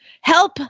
Help